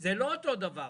זה לא אותו דבר.